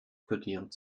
kodierung